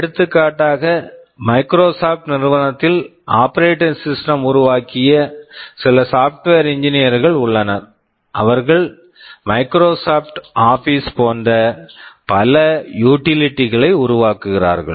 எடுத்துக்காட்டாக Microsoft Microsoft நிறுவனத்தில் operating system operating system உருவாக்கிய சில சாப்ட்வேர் என்ஜினீயர் software engineer கள் உள்ளனர் அவர்கள் மைக்ரோசாஃப்ட் ஆபிஸ் Microsoft office போன்ற பல யூட்டிலிட்டி utilities களை உருவாக்குகிறார்கள்